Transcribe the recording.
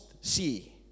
see